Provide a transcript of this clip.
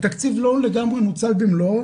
התקציב לא לגמרי נוצל במלואו.